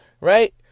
Right